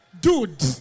dude